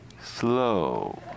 slow